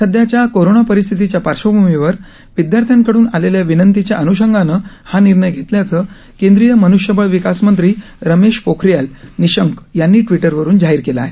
सध्याच्या कोरोना परिस्थितीच्या पार्श्वभूमीवर विदयार्थ्याकड्रन आलेल्या विनंतीच्या अन्षंगानं हा निर्णय घेतल्याचं केंद्रीय मनृष्यबळ विकास मंत्री रमेश पोखरियाल निःशंक यांनी ट्विटरवरून जाहीर केलं आहे